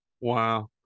wow